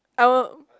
I will